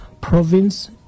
province